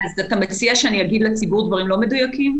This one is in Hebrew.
אז אתה מציע שאני אגיד לציבור דברים לא מדויקים?